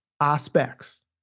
aspects